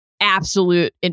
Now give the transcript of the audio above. absolute